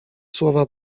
słowa